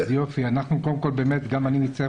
אני נמצא